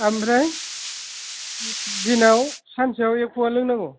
ओमफ्राय दिनाव सानसेयाव एक पवा लोंनांगौ